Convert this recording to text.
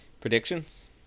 Predictions